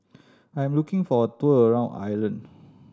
I am looking for a tour around Ireland